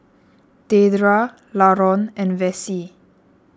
Dedra Laron and Vassie